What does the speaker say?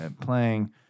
playing